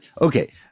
okay